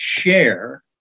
share